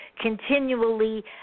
continually